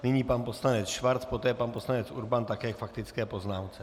Nyní pan poslanec Schwarz, poté pan poslanec Urban také k faktické poznámce.